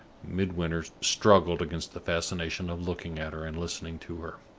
midwinter struggled against the fascination of looking at her and listening to her.